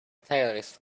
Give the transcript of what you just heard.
terrorist